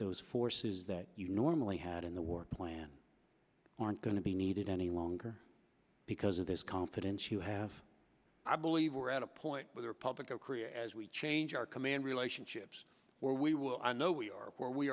those forces that you normally had in the war plan aren't going to be needed any longer because of this confidence you have i believe we're at a point with republic of korea as we change our command relationships where we will i know we are where we